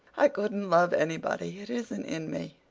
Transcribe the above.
i couldn't love anybody. it isn't in me.